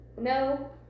No